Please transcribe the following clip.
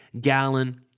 Gallon